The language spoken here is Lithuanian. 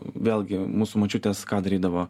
vėlgi mūsų močiutės ką darydavo